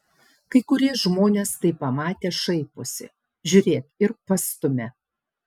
kai kurie žmonės tai pamatę šaiposi žiūrėk ir pastumia